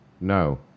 No